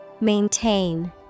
Maintain